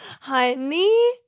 Honey